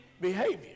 behavior